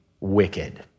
wicked